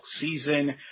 season